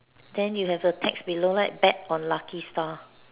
than you have the text below right tap on lucky star